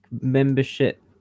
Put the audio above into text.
membership